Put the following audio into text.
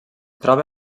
troba